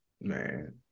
Man